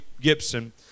Gibson